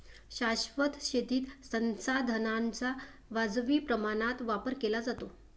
शाश्वत शेतीत संसाधनांचा वाजवी प्रमाणात वापर केला जातो